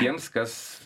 tiems kas